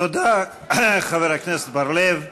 תודה לחבר הכנסת בר-לב.